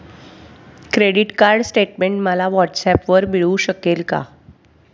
Credit card statement मला व्हॉट्सऍपवर मिळू शकेल का?